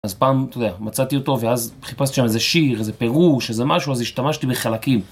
אז פעם, אתה יודע, מצאתי אותו ואז חיפשתי שם איזה שיר, איזה פירוש, איזה משהו, אז השתמשתי בחלקים.